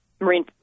marine